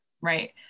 Right